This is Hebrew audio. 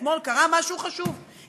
אתמול קרה משהו חשוב,